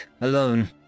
alone